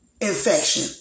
infection